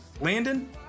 Landon